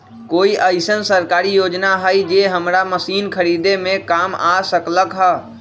कोइ अईसन सरकारी योजना हई जे हमरा मशीन खरीदे में काम आ सकलक ह?